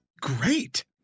great